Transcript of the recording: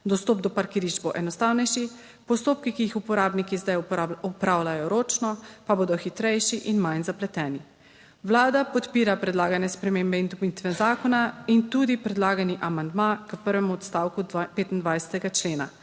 Dostop do parkirišč bo enostavnejši, postopki, ki jih uporabniki zdaj opravljajo ročno, pa bodo hitrejši in manj zapleteni. Vlada podpira predlagane spremembe in dopolnitve zakona in tudi predlagani amandma k prvemu odstavku 25. člena.